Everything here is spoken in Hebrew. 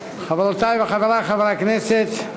חברותי וחברי חברי הכנסת,